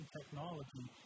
technology